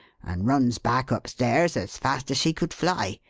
and runs back upstairs as fast as she could fly.